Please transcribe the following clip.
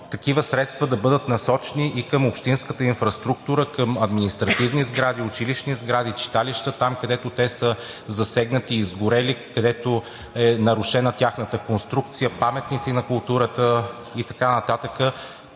такива средства да бъдат насочени и към общинската инфраструктура – към административни сгради, училищни сгради, читалища, там, където те са засегнати и изгорели, където е нарушена тяхната конструкция, паметници на културата и така нататък.